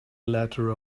letter